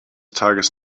tages